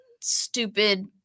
stupid